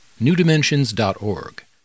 newdimensions.org